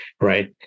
right